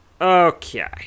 Okay